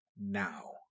now